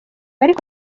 ariko